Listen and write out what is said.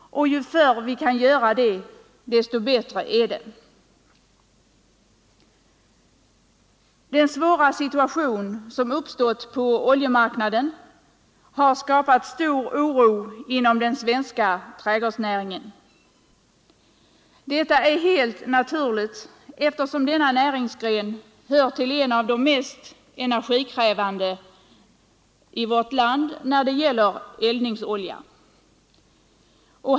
Ju förr vi kan göra det, desto bättre är det. Den svåra situation som uppstått på oljemarknaden har skapat stor oro inom den svenska trädgårdsnäringen. Det är helt naturligt, eftersom denna näringsgren är en av dem som kräver mest eldningsolja i vårt land.